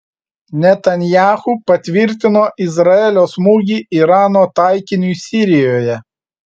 netanyahu patvirtino izraelio smūgį irano taikiniui sirijoje